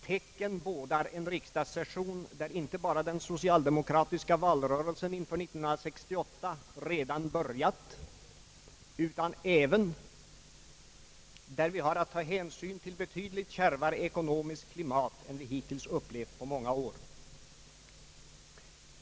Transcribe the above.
Tecken bådar en riksdagssession, där inte bara den socialdemokratiska valrörelsen inför 1968 redan börjat, utan där vi även har att ta hänsyn till ett betydligt kärvare ekonomiskt klimat än vi upplevt på många år.